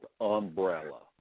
umbrella